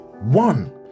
One